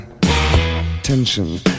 Tension